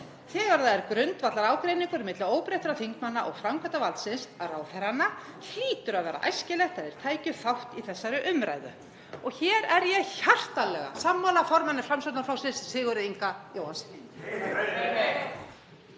þegar það er grundvallarágreiningur milli óbreyttra þingmanna og framkvæmdarvaldsins, ráðherranna, hlýtur að vera æskilegt að þeir tækju þátt í þessari umræðu …“ Hér er ég hjartanlega sammála formanni Framsóknarflokksins, Sigurði Inga Jóhannssyni.